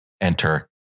enter